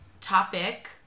topic